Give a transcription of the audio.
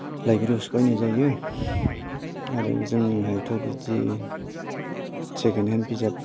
library यावसो बायनाय जायो आरो जोंनिहायथ' बिदि सेकेन्द हेन्द बिजाब